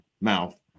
mouth